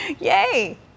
Yay